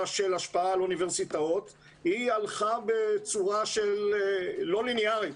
של השפעה על אוניברסיטאות הלכה בצורה לא לינארית,